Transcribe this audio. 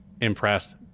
impressed